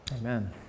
Amen